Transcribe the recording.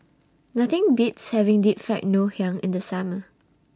Nothing Beats having Deep Fried Ngoh Hiang in The Summer